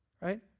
right